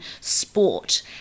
sport